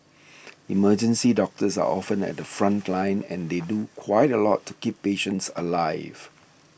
emergency doctors are often at the front line and they do quite a lot to keep patients alive